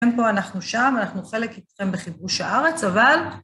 כן, פה אנחנו שם, אנחנו חלק איתכם בחברוש הארץ, אבל...